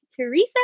Teresa